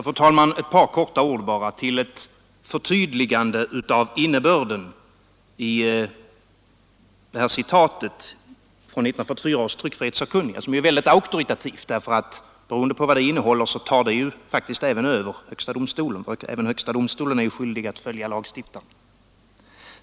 Fru talman! Några ord till förtydligande av innebörden i citatet från 1944 års tryckfrihetssakkunniga, vilket är mycket auktoritativt. Det tar faktiskt över även högsta domstolen — högsta domstolen är också skyldig att följa lagstiftningen.